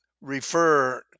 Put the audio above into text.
refer